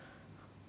什么歌